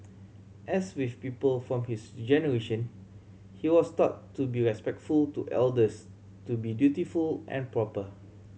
as with people from his generation he was taught to be respectful to elders to be dutiful and proper